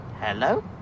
hello